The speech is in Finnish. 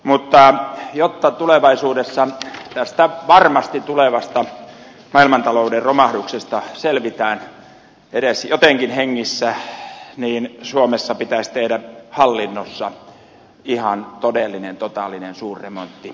mutta jotta tulevaisuudessa tästä varmasti tulevasta maailmantalouden romahduksesta selvitään edes jotenkin hengissä suomessa pitäisi tehdä hallinnossa ihan todellinen totaalinen suurremontti